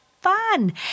fun